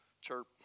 chirp